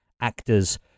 actors